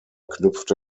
knüpfte